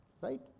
Right